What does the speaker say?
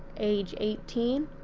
age eighteen